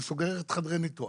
זה סוגר את חדרי הניתוח.